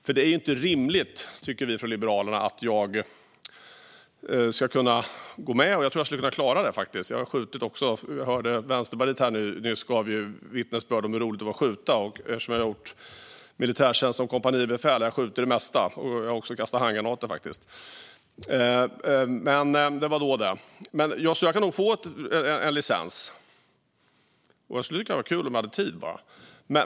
Jag tror att jag skulle klara att gå med i en förening. Jag har skjutit. Vänsterpartiets representant vittnade om hur roligt det är att skjuta. Eftersom jag har gjort militärtjänst som kompanibefäl skjuter jag med det mesta, och jag har faktiskt kastat handgranater. Det var då det! Jag skulle nog få licens, och det skulle vara kul om jag hade tid.